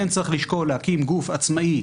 כן צריך לשקול להקים גוף עצמאי,